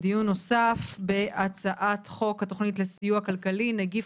דיון נוסף בהצעת חוק התכנית לסיוע כלכלי (נגיף